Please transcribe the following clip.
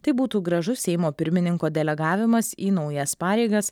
tai būtų gražus seimo pirmininko delegavimas į naujas pareigas